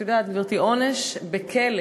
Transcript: את יודעת, גברתי, עונש בכלא.